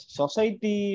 society